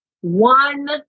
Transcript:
One